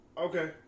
Okay